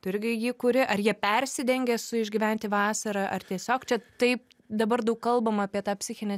tu irgi jį kuri ar jie persidengia su išgyventi vasarą ar tiesiog čia taip dabar daug kalbama apie tą psichinę